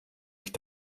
ich